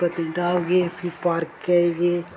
पत्नीटॉप गे फिर पार्कै च गे